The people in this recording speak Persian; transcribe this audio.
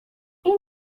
این